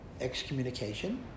excommunication